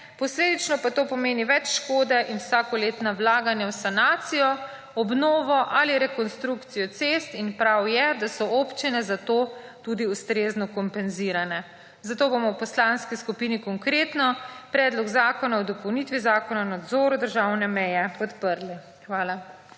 posledično pa to pomeni več škode in vsakoletna vlaganja v sanacijo, obnovo ali rekonstrukcijo cest in prav je, da so občine za to tudi ustrezno kompenzirane. Zato bomo v Poslanski skupini Konkretno predlog zakona o dopolnitvi Zakona o nadzoru državne meje podprli. Hvala.